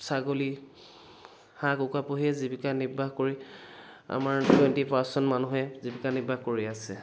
ছাগলী হাঁহ কুকুৰা পুহিয়েই জীৱিকা নিৰ্বাহ কৰি আমাৰ টুৱেণ্টটি পাৰ্চেণ্ট মানুহে জীৱিকা নিৰ্বাহ কৰি আছে